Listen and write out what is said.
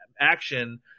action